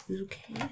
okay